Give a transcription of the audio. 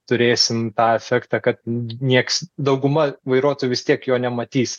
turėsim tą efektą kad nieks dauguma vairuotojų vis tiek jo nematys